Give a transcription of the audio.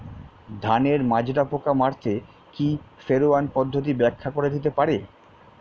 ধানের মাজরা পোকা মারতে কি ফেরোয়ান পদ্ধতি ব্যাখ্যা করে দিতে পারে?